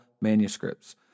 manuscripts